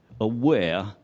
aware